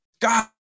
God